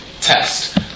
test